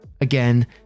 Again